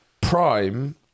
prime